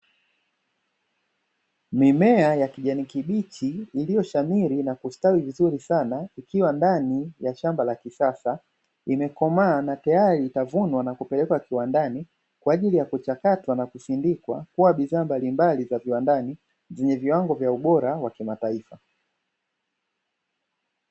Mimea ya kijani kibichi iliyoshamiri na kustawi vizuri sana ikiwa ndani ya shamba la kisasa imekomaa na tayri inavunwa na kupelekwa kiwandani kwa ajili ya kuchakatwa na kusindikwa kuwa bidhaa mbalimbali za kiwandani zenye viwango na ubora wa kimataifa.